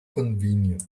convenient